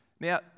Now